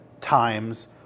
times